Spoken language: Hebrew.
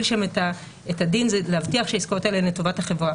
שם את הדין זה להבטיח שהעסקאות האלה הן לטובת החברה.